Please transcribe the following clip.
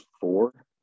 four